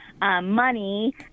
money